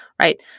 right